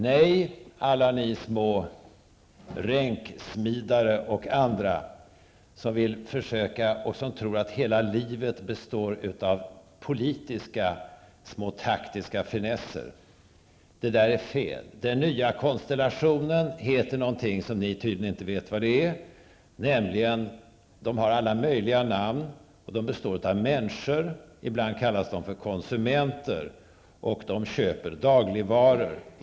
Nej, alla ni små ränksmidare och andra som tror att hela livet består av politiska små taktiska finesser! Det där är fel. Vad ''den nya konstellationen'' är vet ni tydligen inte. Den har alla möjliga namn, för den består av människor -- ibland kallas de för konsumenter -- som köper dagligvaror.